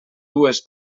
dues